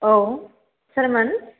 औ सोरमोन